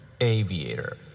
aviator